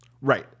Right